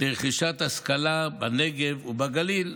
לרכישת השכלה בנגב ובגליל.